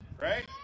right